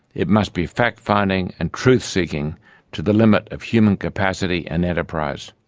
it must be fact-finding and truth-seeking to the limit of human capacity and enterprise.